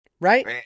Right